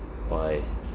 why